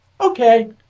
Okay